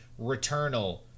Returnal